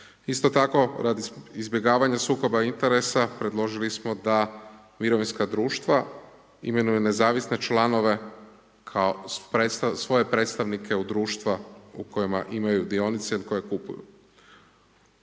Isto tako radi izbjegavanja sukoba interesa predložili smo da mirovinska društva imenuju nezavisne članove kao svoje predstavnike u društva u kojima imaju dionice ili koje kupuju.